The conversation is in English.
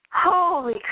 Holy